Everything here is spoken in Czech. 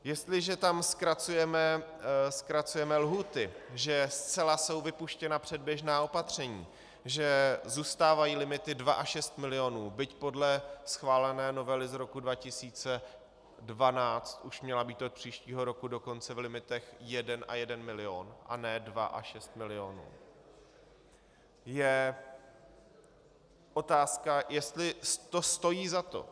Jestliže tam zkracujeme lhůty, že jsou zcela vypuštěna předběžná opatření, že zůstávají limity dva a šest milionů, byť podle schválené novely z roku 2012 už měla být od příštího roku dokonce v limitech jeden a jeden milion, a ne dva a šest milionů, je otázka, jestli to stojí za to.